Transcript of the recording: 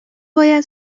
باید